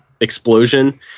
explosion